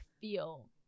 feel